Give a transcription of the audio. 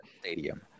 stadium